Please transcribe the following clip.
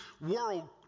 world